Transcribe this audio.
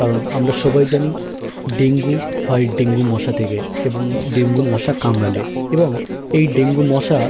কারণ আমরা সবাই জানি ডেঙ্গু হয় ডেঙ্গু মশা থেকে এবং ডেঙ্গুর মশা কামড়ালে এবং এই ডেঙ্গু মশা